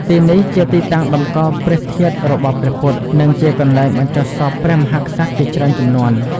ទីនេះជាទីតាំងតម្កល់ព្រះធាតុរបស់ព្រះពុទ្ធ និងជាកន្លែងបញ្ចុះសពព្រះមហាក្សត្រជាច្រើនជំនាន់។